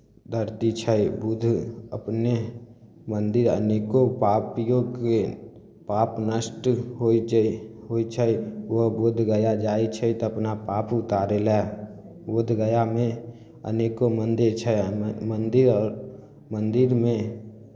धरती छै बुद्ध अपने मन्दिर अनेको पापियोँके पाप नष्ट होइ छै होइ छै लोक बोधगया जाइ छै तऽ अपना पाप उतारै लेल बोधगयामे अनेको मन्दिर छै म मन्दिर आओर मन्दिरमे